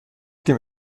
dem